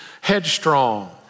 headstrong